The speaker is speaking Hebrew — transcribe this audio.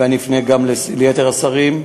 ואני אפנה גם ליתר השרים.